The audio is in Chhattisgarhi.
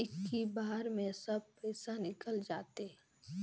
इक्की बार मे सब पइसा निकल जाते?